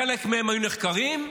חלק מהם היו נחקרים,